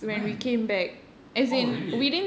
when oh really